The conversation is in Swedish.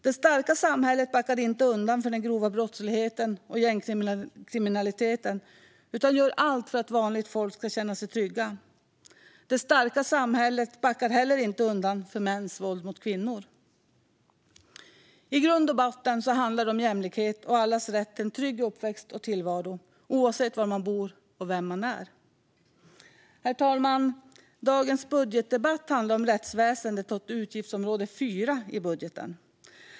Det starka samhället backar inte undan för den grova brottsligheten och gängkriminaliteten utan gör allt för att vanligt folk ska känna sig trygga. Det starka samhället backar heller inte undan för mäns våld mot kvinnor. I grund och botten handlar det om jämlikhet och allas rätt till en trygg uppväxt och tillvaro, oavsett var man bor och vem man är. Herr talman! Dagens budgetdebatt handlar om rättsväsendet och utgiftsområde 4 i budgeten.